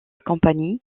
compagnie